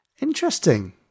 interesting